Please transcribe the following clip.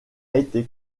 été